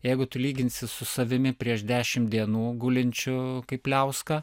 jeigu tu lyginsi su savimi prieš dešimt dienų gulinčiu kaip pliauska